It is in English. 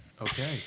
Okay